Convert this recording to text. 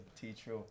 teacher